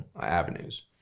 avenues